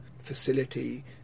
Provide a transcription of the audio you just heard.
facility